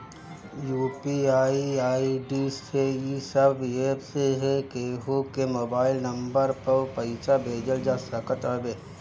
UPI ID से इ सब एप्प से केहू के मोबाइल नम्बर पअ पईसा भेजल जा सकत हवे